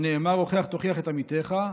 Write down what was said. שנאמר: "הוכח תוכיח את עמיתך".